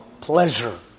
pleasure